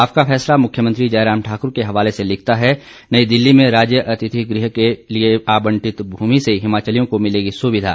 आपका फैसला मुख्यमंत्री जयराम ठाकुर के हवाले से लिखाता है नई दिल्ली में राज्य अतिथि गृह के लिए भूमि आंबटित होने से हिमाचलियों को मिलेगी सुविधा